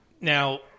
Now